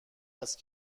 است